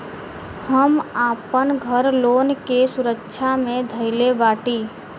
हम आपन घर लोन के सुरक्षा मे धईले बाटी